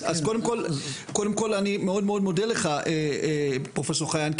אז קודם כל אני מאוד מודה לך פרופ' חיין,